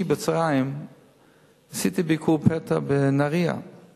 בצהריים עשיתי ביקור פתע ב"נהרייה";